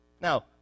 Now